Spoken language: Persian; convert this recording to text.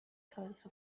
تاریخ